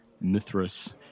Mithras